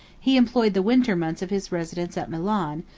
he employed the winter months of his residence at milan,